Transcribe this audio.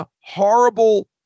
horrible